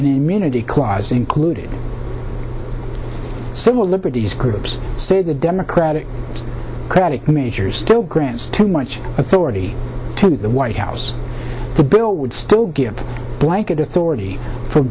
an immunity clause included civil liberties groups say the democratic credit major still grants too much authority to the white house the bill would still give blanket authority f